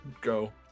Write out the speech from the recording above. go